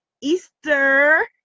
Easter